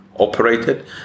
Operated